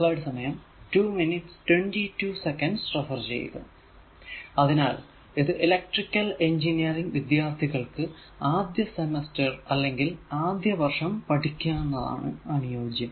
അതിനാൽ ഇത് electrical engineering വിദ്യാർത്ഥികൾക്ക് ആദ്യസെമസ്റ്റർ അല്ലെങ്കിൽ ആദ്യ വർഷം പഠിക്കുന്നതാണ് അനുയോജ്യം